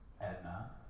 Edna